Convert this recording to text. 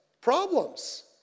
Problems